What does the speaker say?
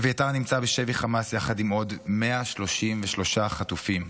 אביתר נמצא בשבי חמאס יחד עם עוד 133 חטופים,